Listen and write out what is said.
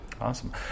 awesome